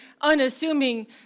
unassuming